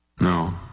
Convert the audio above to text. No